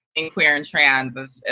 and queer and trans,